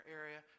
area